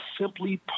simply